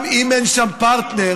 גם אם אין שם פרטנר,